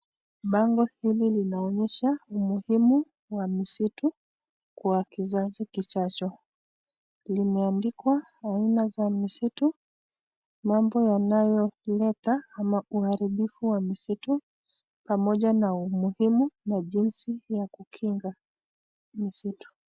Bango hili linaonyesha umuhimu wa misitu kwa kizazi kijacho, limeandikwa aina za misitu ,mambo yanayoleta ama uharibifu wa misitu pamoja na umuhimu na jinsi ya kukinga misitu.